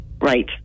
Right